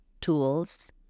tools